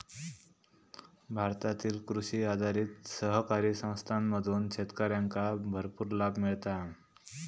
भारतातील कृषी आधारित सहकारी संस्थांमधून शेतकऱ्यांका भरपूर लाभ मिळता हा